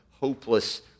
hopeless